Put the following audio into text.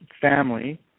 family